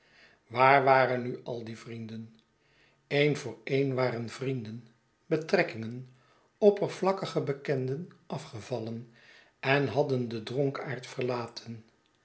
waar waren nu al die vrienden een voor een waren vrienden betrekkingen oppervlakkige bekenden afgevallen en hadden den dronkaard verlaten